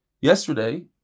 Yesterday